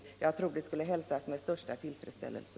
Jag tror att en snar ändring skulle hälsas med största tillfredsställelse.